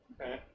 Okay